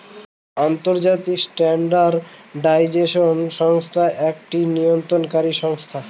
আন্তর্জাতিক স্ট্যান্ডার্ডাইজেশন সংস্থা একটি নিয়ন্ত্রণকারী সংস্থা